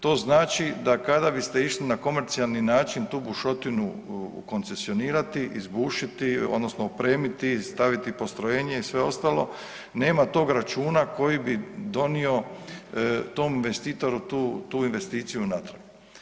To znači da kada biste išli na komercijalni način tu bušotinu koncesionirati, izbušiti, odnosno opremiti, staviti postrojenje i sve ostalo, nema tog računa koji bi donio tom investitoru tu investiciju natrag.